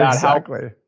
exactly.